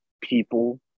people